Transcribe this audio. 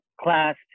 class